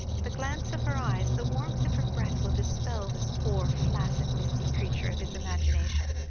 the glance of her eyes, the warmth of her breath, will dispel this poor, flaccid, misty creature of his imagination,